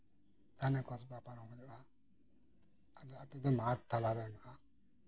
ᱦᱟᱱᱮ ᱠᱚᱥᱵᱟ ᱯᱟᱨᱚᱢ ᱦᱩᱭᱩᱜᱼᱟ ᱟᱞᱮ ᱟᱹᱛᱩ ᱫᱚ ᱢᱟᱴᱷ ᱛᱟᱞᱟᱨᱮ ᱢᱮᱱᱟᱜᱼᱟ